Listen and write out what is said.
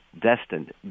destined